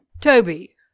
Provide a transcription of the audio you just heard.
Toby